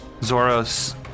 Zoros